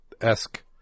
esque